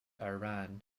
iran